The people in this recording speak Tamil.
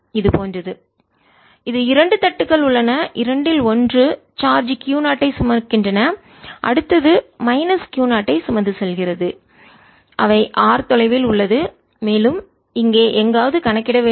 இது போன்றது இது இரண்டு தட்டுகள் உள்ளன இரண்டில் ஒன்று சார்ஜ் Q 0 ஐ சுமக்கின்றன அடுத்தது மைனஸ் Q 0 ஐ சுமந்து செல்கிறது அவை R தொலைவில் உள்ளது மேலும் இங்கே எங்காவது கணக்கிட வேண்டும்